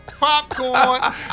Popcorn